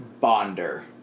Bonder